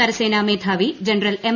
കരസേനാ മേധാവി general M